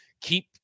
keep